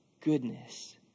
goodness